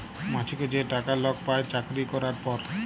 মাছিক যে টাকা লক পায় চাকরি ক্যরার পর